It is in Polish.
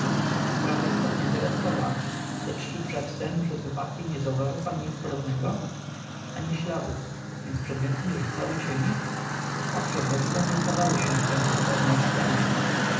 zapytałem sprawa istotnie zagadkowa lecz czy przedtem przed wypadkiem nie zauważył pan nic podobnego ani śladu więc przedmioty nie rzucały cieni owszem lecz te nie układały się w tę potworną scenę